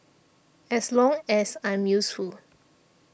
as long as I'm useful